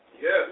Yes